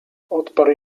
odparł